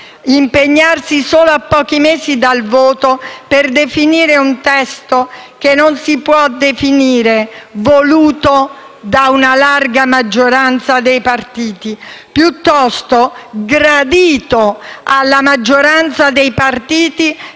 impegnarsi, solo a pochi mesi dal voto, per definire un testo che si può dire non voluto da una larga maggioranza dei partiti, ma piuttosto gradito alla maggioranza dei partiti